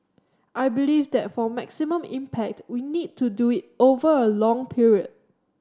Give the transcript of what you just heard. I believe that for maximum impact we need to do it over a long period